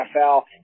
nfl